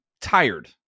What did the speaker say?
tired